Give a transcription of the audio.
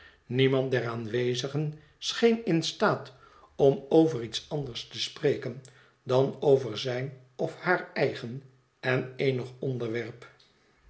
niemand der aanwezigen scheen in staat om over iets anders te spreken dan over zijn of haar eigen en eenig onderwerp